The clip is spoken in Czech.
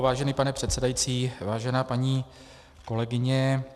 Vážený pane předsedající, vážená paní kolegyně.